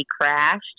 crashed